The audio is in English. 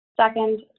Second